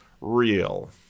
real